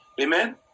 amen